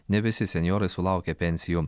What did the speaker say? ne visi senjorai sulaukia pensijų